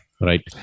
right